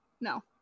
No